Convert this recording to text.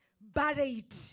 Buried